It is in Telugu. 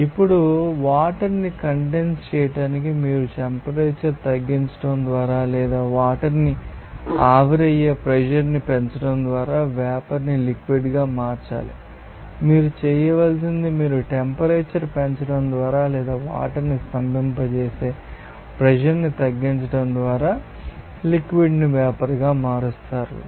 ఇప్పుడు వాటర్ని కండెన్స్ చేయడానికి మీరు టెంపరేచర్ తగ్గించడం ద్వారా లేదా వాటర్ని ఆవిరయ్యే ప్రెషర్ ని పెంచడం ద్వారా వేపర్ ని లిక్విడ్ గా మార్చాలి మీరు చేయవలసింది మీరు టెంపరేచర్ పెంచడం ద్వారా లేదా వాటర్ని స్తంభింపచేసే ప్రెషర్ ని తగ్గించడం ద్వారా లిక్విడ్ ాన్ని వేపర్ గా మార్చాలి